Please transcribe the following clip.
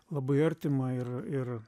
labai artima ir ir